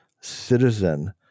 citizen